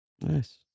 Nice